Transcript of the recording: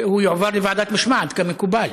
שהוא יועבר לוועדת משמעת כמקובל.